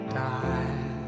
die